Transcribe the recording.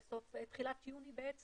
בתחילת יוני.